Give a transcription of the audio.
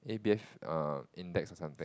a_b_f index or something